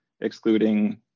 excluding